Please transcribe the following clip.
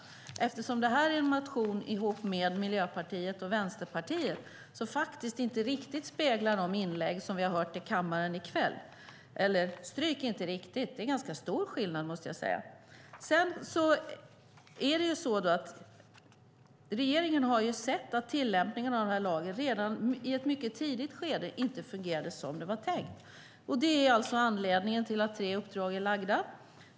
Det här är en motion tillsammans med Miljöpartiet och Vänsterpartiet som faktiskt inte riktigt speglar de inlägg som vi har hört i kammaren i kväll. Eller stryk "riktigt". Det är ganska stor skillnad, måste jag säga. Regeringen har sett att tillämpningen av den här lagen inte fungerande som det var tänkt redan i mycket tidigt skede. Det är anledningen till att tre uppdrag är lagda.